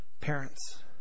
parents